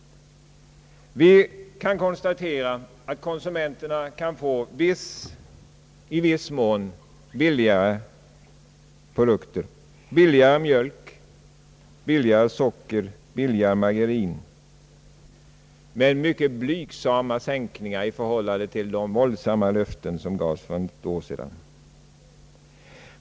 Vi kan konstatera att konsumenterna kan få i viss mån billigare produkter: billigare mjölk, socker och margarin. Men sänkningarna är mycket blygsamma i förhållande till de våldsamma löften som gavs för ett år sedan.